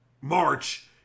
March